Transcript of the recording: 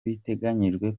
biteganyijwe